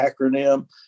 acronym